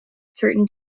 certain